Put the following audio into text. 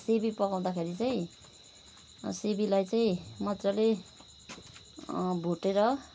सिमी पकाउँदाखेरि चाहिँ सिमीलाई चाहिँ मज्जाले भुटेर